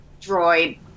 droid